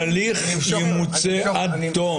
ההליך ימוצה עד תום.